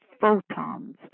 photons